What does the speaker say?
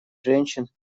женщин